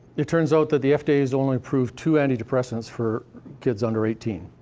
it turns out that the fda has only approved two anti-depressants for kids under eighteen.